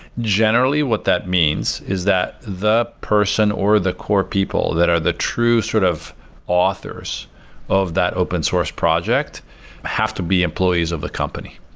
generally, what that means is that the person or the core people that are the true sort of authors of that open source project have to be employees of the company.